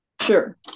Sure